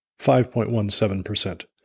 5.17%